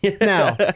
Now